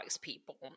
people